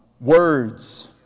Words